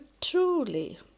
truly